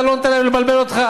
אתה לא נותן להן לבלבל אותך,